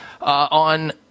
on